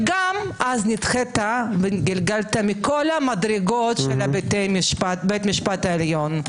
וגם אז נדחית וגולגלת מכל המדרגות של בית המשפט העליון.